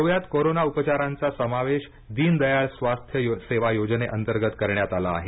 गोव्यात कोरोना उपचारांचा समावेश दिन दयाळ स्वास्थ्य सेवा योजनेअंर्तगत करण्यात आला आहे